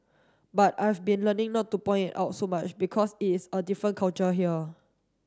but I've been learning not to point it out so much because it is a different culture here